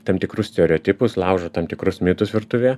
tam tikrus stereotipus laužo tam tikrus mitus virtuvėje